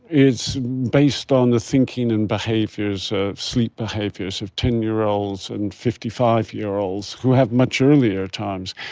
it's based on the thinking and behaviours, ah sleep behaviours of ten year olds and fifty five year olds who have much earlier times.